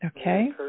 Okay